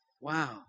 Wow